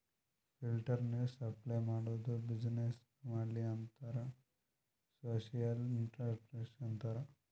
filter ನೀರ್ supply ಮಾಡದು business ಮಾಡ್ಲತಿ ಅಂದುರ್ ಸೋಶಿಯಲ್ ಇಂಟ್ರಪ್ರಿನರ್ಶಿಪ್ ಅಂತಾರ್